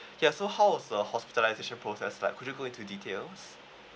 ya so how was the hospitalisation process like could you go into details